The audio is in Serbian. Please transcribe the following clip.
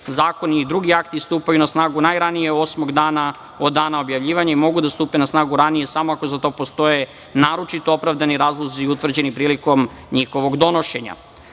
zakoni i drugi akti stupaju na snagu najranije osmog dana od dana objavljivanja i mogu da stupe na snagu ranije samo ako za to postoje naročito opravdani razlozi utvrđeni prilikom njihovog donošenja. Stavljam